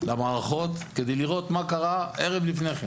למערכות כדי לראות מה קרה ערב לפני כן,